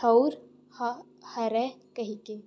ठउर हरय कहिके